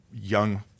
young